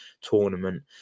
tournament